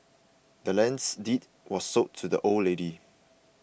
the land's deed was sold to the old lady